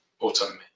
autonomy